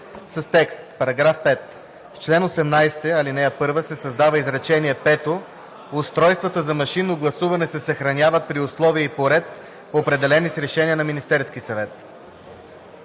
с текст: „§ 5. В чл. 18, ал. 1 се създава изречение пето: „Устройствата за машинното гласуване се съхраняват при условия и по ред, определени с решение на Министерския съвет.“